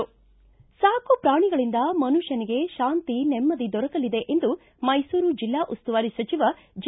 ಸಾಕು ಪ್ರಾಣಿಗಳಿಂದ ಮನುಷ್ಪನಿಗೆ ಶಾಂತಿ ನೆಮ್ದಿ ದೊರಕಲಿದೆ ಎಂದು ಮೈಸೂರು ಜಿಲ್ಲಾ ಉಸ್ತುವಾರಿ ಸಚಿವ ಜಿ